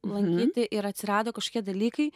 manyti ir atsirado kažkokie dalykai